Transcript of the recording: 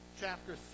chapter